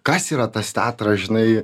kas yra tas teatras žinai